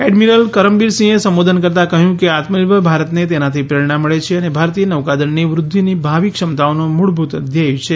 admiral કરમબીરસિંહે સંબોધન કરતાં કહ્યું કે આત્મનિર્ભર ભારતને તેનાથી પ્રેરણામળે છે અને ભારતીય નૌકાદળની વૃદ્ધિની ભાવિ ક્ષમતાઓનું મૂળભૂત ધ્યેય છે